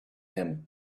him